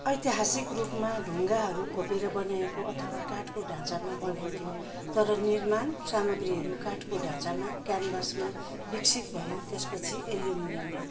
ऐतिहासिक रूपमा ढुङ्गाहरू खोपेर बनाएको अथवा काठको ढाँचामा बनाइन्थ्यो तर निर्माण सामग्रीहरू काठको ढाँचामा क्यानभासमा विक्सित भयो त्यसपछि एल्युमिनियममा